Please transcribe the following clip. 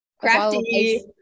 crafty